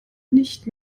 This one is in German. nicht